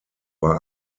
war